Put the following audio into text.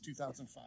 2005